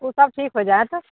ओ सब ठीक होए जाएत